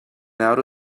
auto